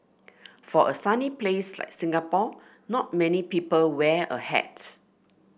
for a sunny place like Singapore not many people wear a hat